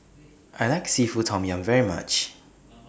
I like Seafood Tom Yum very much